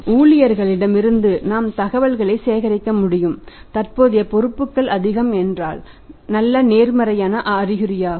ஊழியர்களிடமிருந்தும் நாம் தகவல்களைச் சேகரிக்க முடியும் தற்போதைய பொறுப்புகள் அதிகம் என்றால் நல்ல நேர்மறையான அறிகுறியாகும்